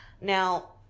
now